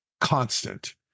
constant